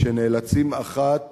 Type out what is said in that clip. שנאלצים אחת